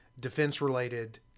defense-related